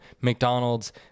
McDonald's